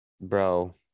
Bro